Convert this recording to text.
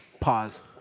Pause